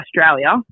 Australia